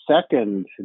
second